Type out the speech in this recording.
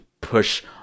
push